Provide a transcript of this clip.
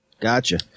gotcha